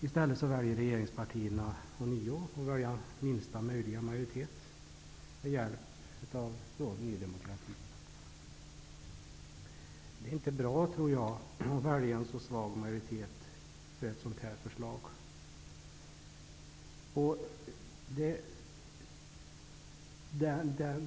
I stället väljer regeringspartierna ånyo minsta möjliga majoritet med hjälp av Ny demokrati. Det är inte bra att välja en så svag majoritet för ett förslag av den här typen.